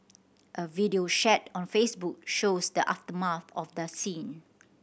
a video shared on Facebook shows the aftermath at the scene